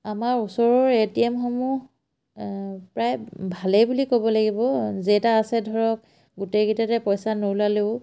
আমাৰ ওচৰৰ এ টি এমসমূহ প্ৰায় ভালেই বুলি ক'ব লাগিব যে টা আছে ধৰক গোটেইকেইটাতে পইচা নোলালেও